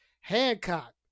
Hancock